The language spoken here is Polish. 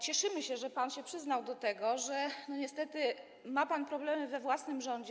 Cieszymy się, że pan się przyznał do tego, że niestety ma pan problemy we własnym rządzie.